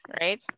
right